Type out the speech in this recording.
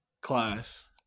class